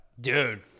Dude